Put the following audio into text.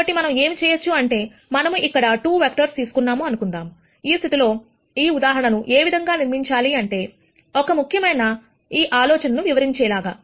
కాబట్టి మనం ఏమిచేయొచ్చు అంటే మనము ఇక్కడ 2 వెక్టర్స్ తీసుకున్నాము అనుకుందాం ఈ స్థితిలో ఈ ఉదాహరణను ఏ విధంగా నిర్మించాలంటే ఒక ముఖ్యమైన ఈ ఆలోచనను వివరించే లాగా